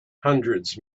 hundreds